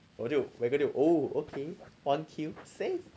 我就我就那边 oh okay a ki ma eh sai